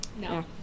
No